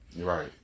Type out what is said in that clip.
Right